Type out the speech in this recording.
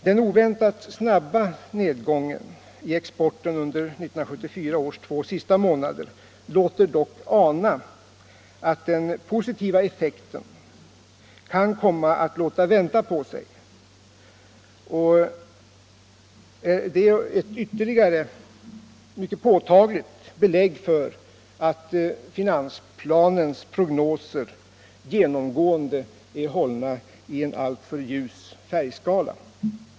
Den oväntat snabba nedgången i exporten under 1974 års två sista månader låter dock ana att den positiva effekten kan komma att låta vänta på sig och är ett ytterligare, mycket påtagligt, belägg för att finansplanens prognoser "genomgående är hållna i en alltför ljus färgskala.